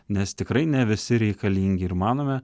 nes tikrai ne visi reikalingi ir manome